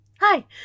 Hi